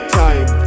time